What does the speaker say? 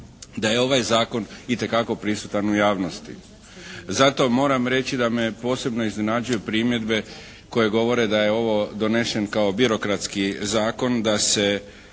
da je ovaj zakon itekako prisutan u javnosti. Zato moram reći da me posebno iznenađuju primjedbe koje govore da je ovo donesen kao birokratski zakon, da se